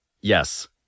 Yes